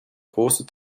große